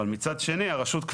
אבל מצד שני הרשות,